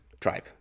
tribe